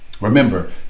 remember